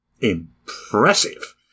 Impressive